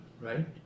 right